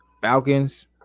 Falcons